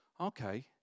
Okay